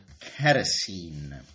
Kerosene